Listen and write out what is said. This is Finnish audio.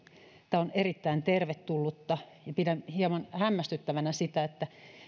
tämä on erittäin tervetullutta ja pidän hieman hämmästyttävänä sitä että